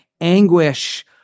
anguish